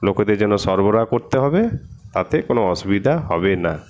লোকেদের জন্য সরবরাহ করতে হবে তাতে কোনো অসুবিধা হবে না